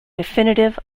definitive